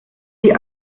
die